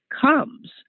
comes